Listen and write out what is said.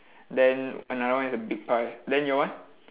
then another one is a big pie then your one